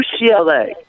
UCLA